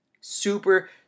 Super